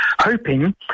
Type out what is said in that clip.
hoping